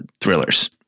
thrillers